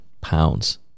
pounds